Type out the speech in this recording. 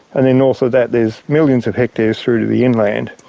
and then north of that there's millions of hectares through to the inland.